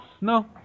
no